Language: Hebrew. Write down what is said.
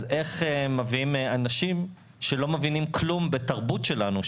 אז איך מביאים אנשים שלא מבינים כלום בתרבות שלנו,